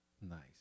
Nice